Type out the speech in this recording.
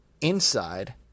inside